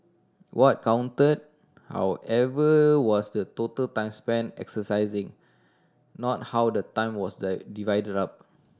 what counted however was the total time spent exercising not how the time was that divided up